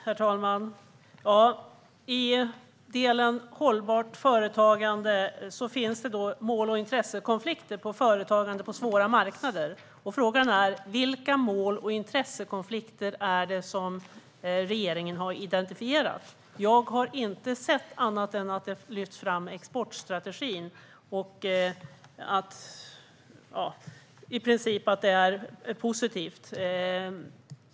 Herr talman! I delen om hållbart företagande finns ett stycke med rubriken "Mål och intressekonflikt: Företagande på svåra marknader". Vilka mål och intressekonflikter har regeringen identifierat? Jag har inte sett att något annat än exportstrategin lyfts fram och att det hela i princip anses positivt.